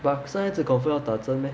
but 生孩子 confirm 要打针 meh